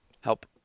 help